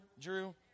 Drew